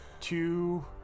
two